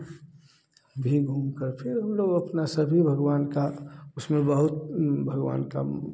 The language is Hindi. भी घूम कर फिर हम लोग अपना सभी भगवान का उसमें बहुत भगवान का